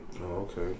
okay